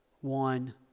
one